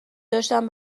داشتم